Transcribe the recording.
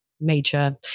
major